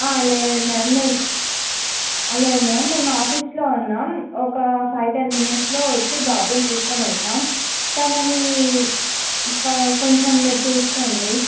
లేదు మ్యామ్ మేం లేదు మ్యామ్ మేము ఆఫీస్లో ఉన్నాం ఒక ఫైవ్ టెన్ మినిట్స్లో వచ్చి బాబుని తీసుకొని వెళ్తాం తనని కొంచెం మీరు చూసుకోండి